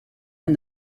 and